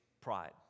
Pride